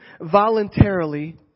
voluntarily